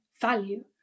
value